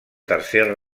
tercer